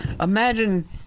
Imagine